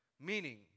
Meaning